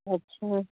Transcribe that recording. अच्छा